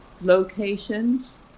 locations